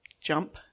jump